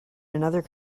another